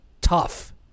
tough